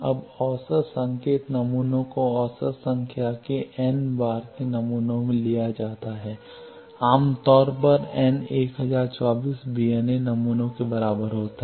अब औसत संकेत को नमूनों की औसत संख्या के एन बार के लिए नमूना लिया जाता है आमतौर पर n 1024 VNA नमूनों के बराबर होता है